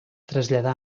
traslladà